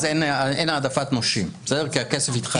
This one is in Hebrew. אז אין העדפת נושים כי הכסף יתחלק.